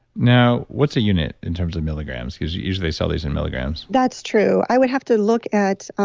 now, what's a unit in terms of milligrams because usually, they sell these in milligrams? that's true. i would have to look at.